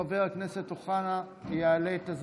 חבר הכנסת אוחנה יעלה,